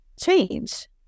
Change